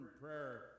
prayer